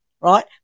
right